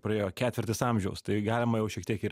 praėjo ketvirtis amžiaus tai galima jau šiek tiek ir